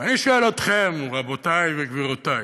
ואני שואל אתכם, רבותיי וגבירותיי: